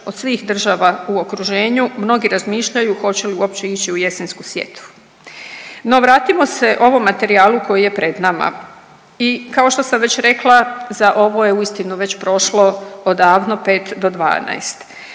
od svih država u okruženju. Mnogi razmišljaju hoće li uopće ići u jesensku sjetvu. No, vratimo se ovom materijalu koji je pred nama i kao što sam već rekla, za ovo je uistinu već prošlo odavno 5 do 12.